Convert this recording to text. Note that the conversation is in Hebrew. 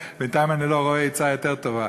בינתיים אני לא רואה עצה יותר טובה.